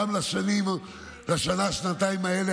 גם לשנה-שנתיים האלה,